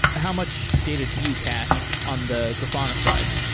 how much data do you cache on the grafana side?